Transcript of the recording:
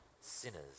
sinners